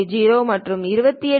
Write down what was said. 0 முதல் 28